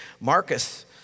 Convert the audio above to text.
Marcus